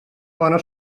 bona